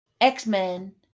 X-Men